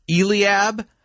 Eliab